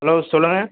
hello சொல்லுங்கள்